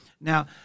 Now